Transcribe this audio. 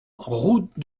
route